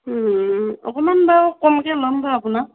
ওম অকণমান বাৰু কমকৈ ল'ম বাৰু আপোনাক